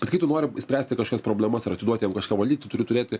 bet kai tu nori išspręsti kažkokias problemas ar atiduoti jam kažką valdyti tu turi turėti